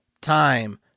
time